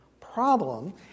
problem